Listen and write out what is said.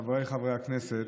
חבריי חברי הכנסת,